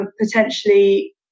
potentially